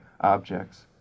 objects